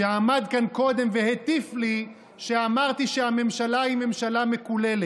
שעמד כאן קודם והטיף לי שאמרתי שהממשלה היא ממשלה מקוללת,